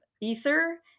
ether